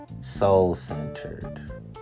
soul-centered